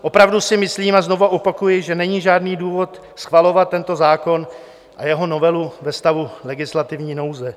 Opravdu si myslím, a znovu opakuji, že není žádný důvod schvalovat tento zákon a jeho novelu ve stavu legislativní nouze.